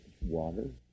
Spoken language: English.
Water